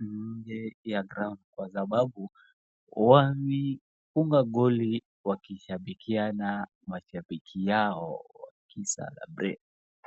nje ya ground kwa sababu wamefunga goli wakishabikiana mashabiki yao, waki celebrate .